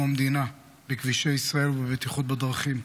המדינה בכבישי ישראל ובבטיחות בדרכים.